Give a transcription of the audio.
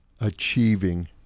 achieving